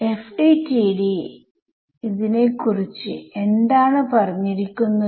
ഇത് നമുക്ക് 1 ഡൈമെൻഷണിൽ എടുക്കാം അത് വേവ് ഇക്വേഷൻതൃപ്തിപ്പെടുത്തുന്നു